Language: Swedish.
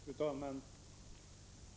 Fru talman!